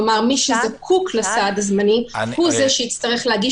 כלומר מי שזקוק לסעד הזמני הוא זה שיצטרך להגיש